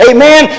Amen